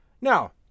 Now